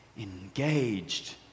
engaged